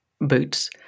boots